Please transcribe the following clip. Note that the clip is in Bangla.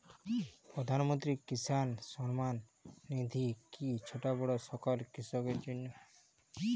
প্রধানমন্ত্রী কিষান সম্মান নিধি কি ছোটো বড়ো সকল কৃষকের জন্য?